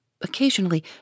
occasionally